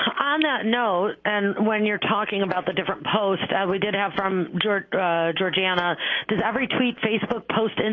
on that note, and when you're talking about the different posts, we did have from georgiana georgiana does every tweet, facebook post, and